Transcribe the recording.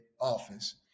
office